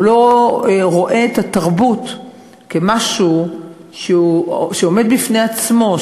הוא לא רואה את התרבות כמשהו שעומד בפני עצמו,